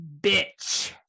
bitch